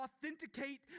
authenticate